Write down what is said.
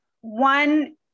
One